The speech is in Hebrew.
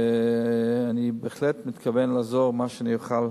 ואני בהחלט מתכוון לעזור במה שאני אוכל